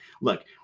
look